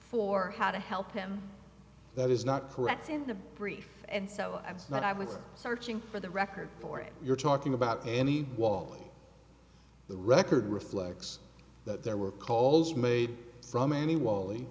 for how to help him that is not correct in the brief and so i was not i was searching for the record for it you're talking about any wally the record reflects that there were calls made from any wally